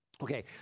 Okay